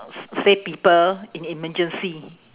s~ save people in emergency